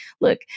look